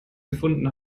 gefunden